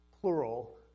plural